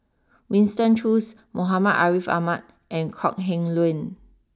Winston Choos Muhammad Ariff Ahmad and Kok Heng Leun